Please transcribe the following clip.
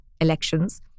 elections